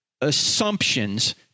assumptions